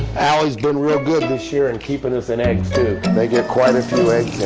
ali's been real good this year in keeping us in eggs too. they get quite a few